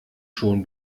schon